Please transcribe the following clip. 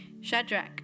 Shadrach